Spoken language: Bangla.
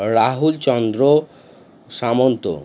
রাহুলচন্দ্র সামন্ত